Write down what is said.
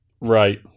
Right